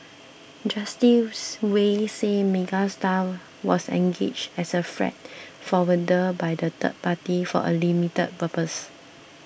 Justice Wei said Megastar was engaged as a freight forwarder by the third party for a limited purpose